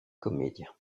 comédiens